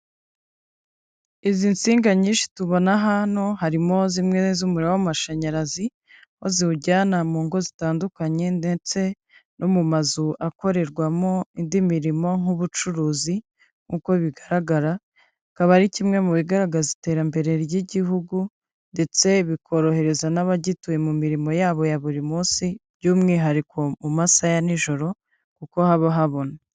Izi nsinga nyinshi tubona hano, harimo zimwe z'umuriro w'amashanyarazi, aho ziwujyana mu ngo zitandukanye ndetse no mu mazu akorerwamo indi mirimo nk'ubucuruzi, nk'uko bigaragara, akaba ari kimwe mu bigaragaza iterambere ry'igihugu, ndetse bikorohereza n'abagituye mu mirimo yabo ya buri munsi, by'umwihariko mu masaha ya nijoro, kuko haba habona.